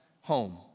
home